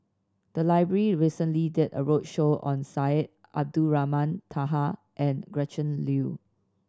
the library recently did a roadshow on Syed Abdulrahman Taha and Gretchen Liu